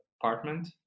apartment